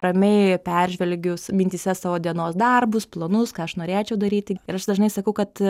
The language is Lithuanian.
ramiai peržvelgiu su mintyse savo dienos darbus planus ką aš norėčiau daryti ir aš dažnai sakau kad